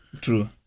true